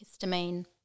histamine